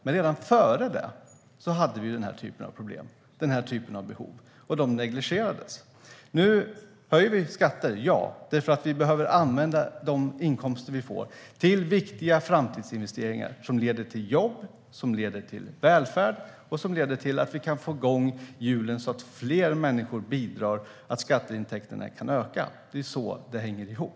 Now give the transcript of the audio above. Men redan före det hade vi den här typen av problem och behov, och de negligerades. Ja, nu höjer vi skatter. Vi behöver använda de inkomster vi får till viktiga framtidsinvesteringar som leder till jobb och välfärd. Vi måste få igång hjulen, så att fler människor bidrar och så att skatteintäkterna kan öka. Det är så det hänger ihop.